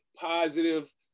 positive